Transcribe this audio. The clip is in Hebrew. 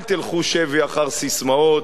אל תלכו שבי אחר ססמאות,